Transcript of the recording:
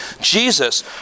Jesus